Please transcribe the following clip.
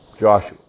Joshua